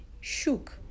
shook